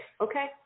Okay